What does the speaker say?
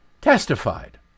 testified